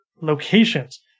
locations